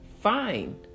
Fine